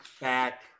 back